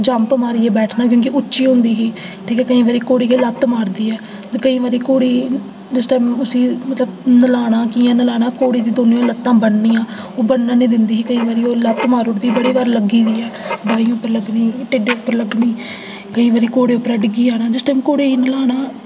jump मारियै बैठना क्योंकि उच्ची होंदी ही ते केई बारी घोड़ी लत्त मारदी ऐ ते केईं बारी घोड़ी जिस टाइम उसी नल्हाना कियां नल्हाना उसी घोड़ी दियां दोनें लत्ता बन्ननियां ओह् बनन नेईं दिंदी ही ओह् लत्त मारी ओड़दी ही बड़ी बारी लग्गनी बाहीं पर लग्गनी ढिड्ढै पर लग्गनी केईं बारी घोड़े परा डिग्गना जिस टाइम घोड़े गी नल्हाना